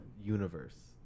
universe